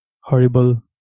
horrible